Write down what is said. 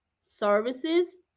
services